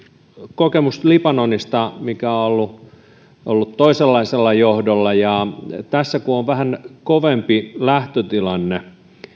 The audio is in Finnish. kokemus libanonista mikä on ollut ollut toisenlaisella johdolla ja tässä kun on vähän kovempi lähtötilanne